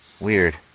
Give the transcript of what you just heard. Weird